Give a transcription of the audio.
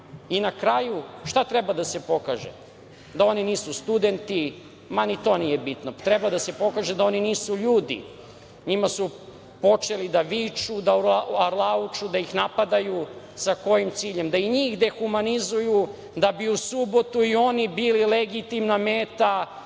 I, na kraju, šta treba da se pokaže, da oni nisu studenti, ma ni to nije bitno. Treba da se pokaže da oni nisu ljudi. Njima su počeli da viču, da arlauču, da ih napadaju. Sa kojim ciljem? Da i njih dehumanizuju, da bi u subotu i oni bili legitimna meta